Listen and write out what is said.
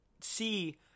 see